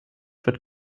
wird